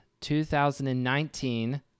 2019